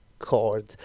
chord